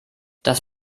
das